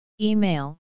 Email